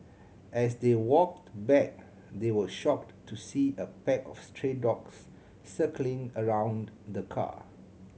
as they walked back they were shocked to see a pack of stray dogs circling around the car